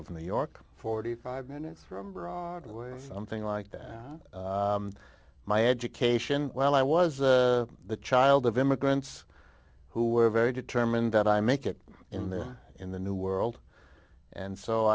of new york forty five minutes from broadway something like that my education well i was the child of immigrants who were very determined that i make it in the in the new world and so